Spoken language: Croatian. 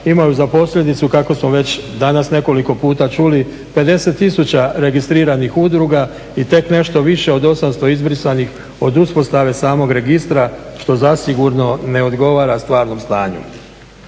imaju za posljedicu kako smo već danas nekoliko puta čuli 50 tisuća registriranih udruga i tek nešto više od 800 izbrisanih od uspostave samog registra što zasigurno ne odgovara stvarnom stanju.